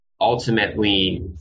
ultimately